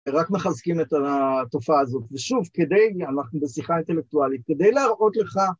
רק מחזקים את התופעה הזאת, ושוב, כדי, אנחנו בשיחה אינטלקטואלית, כדי להראות לך